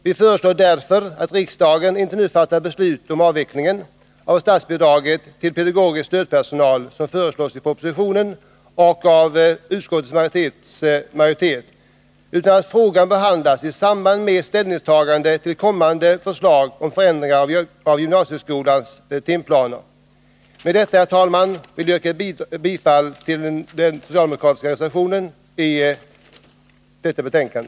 Vi föreslår därför att riksdagen inte nu fattar beslut om en avveckling av statsbidraget till pedagogisk stödpersonal, som föreslås i propositionen och av utskottsmajoriteten, utan att frågan behandlas i samband med ställningstagandet till kommande förslag om förändringar i gymnasieskolans timplaner. Med detta, herr talman, vill jag yrka bifall till den socialdemokratiska reservationen vid detta betänkande.